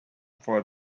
for